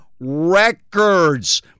records